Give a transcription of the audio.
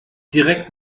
direkt